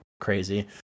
crazy